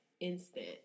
instant